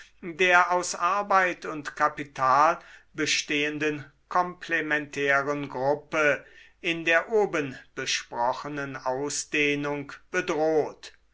der aus arbeit und kapital bestehenden komplementären gruppe in der oben besprochenen ausdehnung bedroht